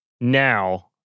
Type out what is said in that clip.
now